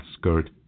skirt